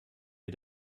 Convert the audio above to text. wie